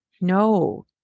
No